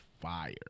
fire